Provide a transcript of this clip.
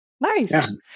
Nice